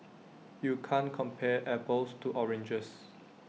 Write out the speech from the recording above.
you can't compare apples to oranges